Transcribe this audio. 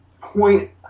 point